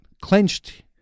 clenched